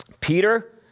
Peter